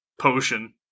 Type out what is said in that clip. potion